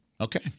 Okay